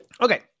Okay